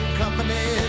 company